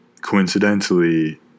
coincidentally